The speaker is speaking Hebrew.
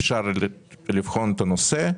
אפשר לבחון את הנושא,